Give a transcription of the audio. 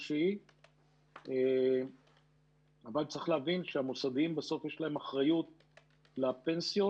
אבל צריך להבין שלמוסדיים בסוף יש אחריות לפנסיות,